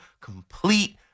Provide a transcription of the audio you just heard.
Complete